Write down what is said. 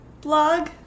blog